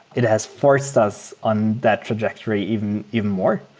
it has forced us on that trajectory even even more.